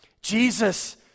Jesus